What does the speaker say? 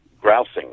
grousing